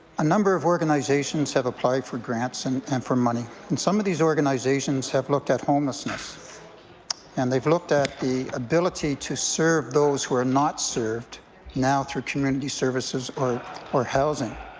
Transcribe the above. a number of organizations have applied for grants and and for money and some of these organizations have looked at homelessness and they've looked at the ability to serve those who are not served now through community services or or housing.